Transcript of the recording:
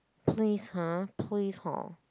please ah please hor